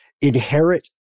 inherit